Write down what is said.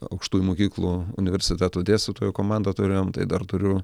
aukštųjų mokyklų universitetų dėstytojų komandą turėjom tai dar turiu